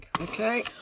Okay